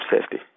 safety